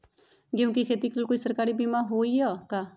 गेंहू के खेती के लेल कोइ सरकारी बीमा होईअ का?